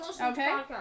Okay